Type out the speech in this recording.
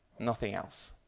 nothing else.